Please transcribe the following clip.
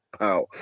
Out